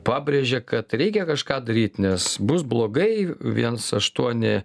pabrėžė kad reikia kažką daryt nes bus blogai viens aštuoni